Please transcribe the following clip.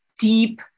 deep